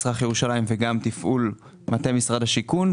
מזרח ירושלים וגם תפעול מטה משרד השיכון,